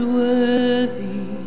worthy